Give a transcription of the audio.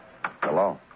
Hello